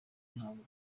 ntabwo